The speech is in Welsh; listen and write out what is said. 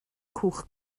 cwch